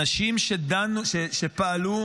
אנשים שפעלו,